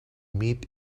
meet